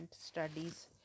studies